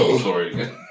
sorry